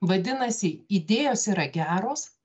vadinasi idėjos yra geros